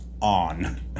on